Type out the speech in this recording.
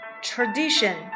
Tradition